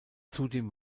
zudem